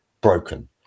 broken